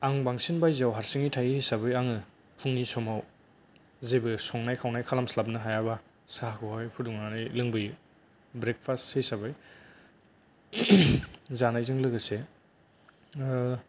आं बांसिनै बायजोआव हारसिंयै थायो हिसाबै आङो फुंनि समाव जेबो संनाय खावनाय खालामस्लाबनो हायाबा साहाखौहाय फुदुंनानै लोंबोयो ब्रेकफास्ट हिसाबै जानायजों लोगोसे